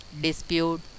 dispute